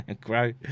grow